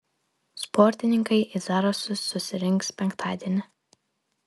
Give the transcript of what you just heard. sportininkai į zarasus susirinks penktadienį